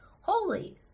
holy